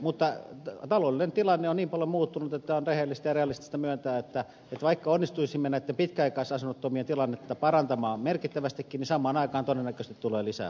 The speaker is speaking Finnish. mutta taloudellinen tilanne on niin paljon muuttunut että on rehellistä ja realistista myöntää että vaikka onnistuisimme näitten pitkäaikaisasunnottomien tilannetta parantamaan merkittävästikin niin samaan aikaan todennäköisesti tulee lisää asunnottomia